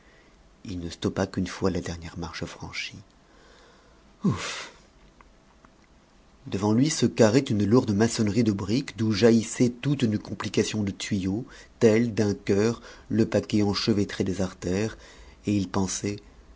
il ne stoppa qu'une fois la dernière marche franchie ouf devant lui se carrait une lourde maçonnerie de briques d'où jaillissait toute une complication de tuyaux tel d'un cœur le paquet enchevêtré des artères et il pensait